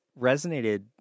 resonated